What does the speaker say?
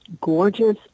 gorgeous